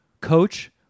coach